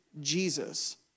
Jesus